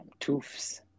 Toofs